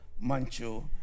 Manchu